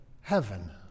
heaven